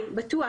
מקרים.